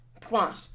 Plus